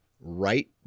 right